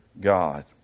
God